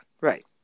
right